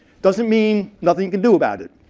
doesn't mean nothing you can do about it,